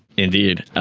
indeed.